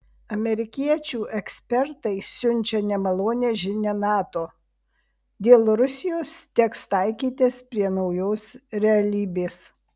amerikiečių ekspertai siunčia nemalonią žinią nato dėl rusijos teks taikytis prie naujos realybės